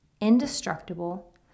indestructible